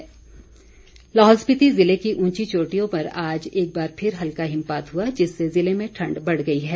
मौसम लाहौल स्पिति जिले की उंची चोटियों पर आज एक बार फिर हल्का हिमपात हुआ जिससे जिले में ठंड बढ़ गई है